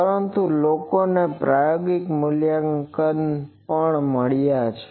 પરંતુ લોકોને પ્રાયોગિક મૂલ્યાંકન પણ મળ્યાં છે